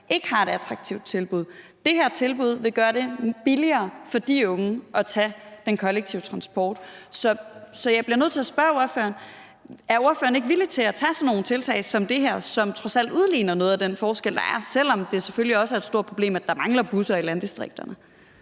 ikke har et attraktivt tilbud, og det her tilbud vil gøre det billigere for de unge at tage den kollektive transport. Så jeg bliver nødt til at spørge ordføreren, om ordføreren ikke er villig til at tage sådan nogle tiltag som det her tiltag, som trods alt udligner noget af den forskel, der er, selv om det selvfølgelig også er et stort problem, at der mangler busser i landdistrikterne?